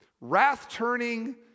wrath-turning